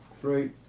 Three